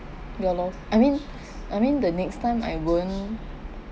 ya lor I mean I mean the next time I won't